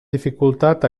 dificultat